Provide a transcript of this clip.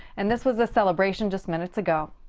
and this was the celebration just minutes ago.